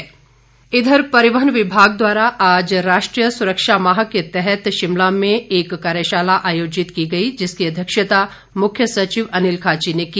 मुख्य सचिव परिवहन विभाग द्वारा आज राष्ट्रीय सुरक्षा माह के तहत शिमला में कार्यशाला आयोजित की गई जिसकी अध्यक्षता मुख्य सचिव अनिल खाची ने की